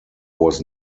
was